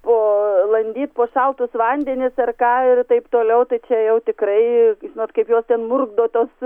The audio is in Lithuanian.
po landyt po šaltus vandenis ar ką ir taip toliau tai čia jau tikrai žinot kaip juos ten murkdo tuos